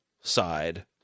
side